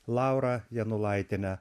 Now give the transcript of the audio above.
laurą janulaitienę